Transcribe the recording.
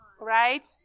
Right